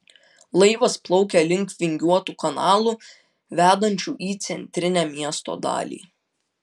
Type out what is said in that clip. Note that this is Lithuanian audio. laivas plaukė link vingiuotų kanalų vedančių į centrinę miesto dalį